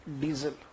diesel